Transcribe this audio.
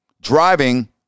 driving